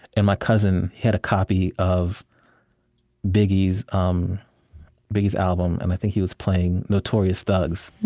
and my cousin, he had a copy of biggie's um biggie's album, and i think he was playing notorious thugs.